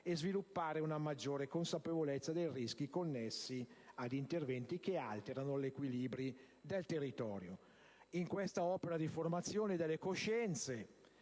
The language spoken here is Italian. e sviluppare una maggiore consapevolezza dei rischi connessi ad interventi che alterano gli equilibri del territorio. In questa opera di formazione delle coscienze